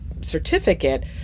certificate